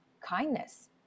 kindness